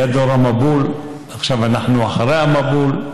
היה דור המבול, עכשיו אנחנו אחרי המבול.